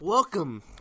Welcome